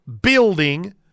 building